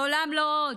לעולם לא עוד.